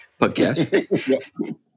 podcast